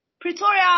Pretoria